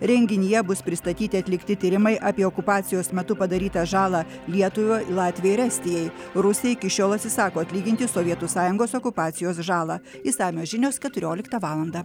renginyje bus pristatyti atlikti tyrimai apie okupacijos metu padarytą žalą lietuvai latvijai ir estijai rusija iki šiol atsisako atlyginti sovietų sąjungos okupacijos žalą išsamios žinios keturioliktą valandą